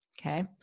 Okay